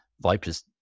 vipers